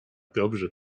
dobrze